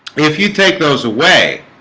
if you take those away,